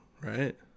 right